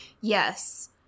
Yes